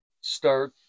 start